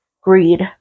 greed